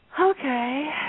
Okay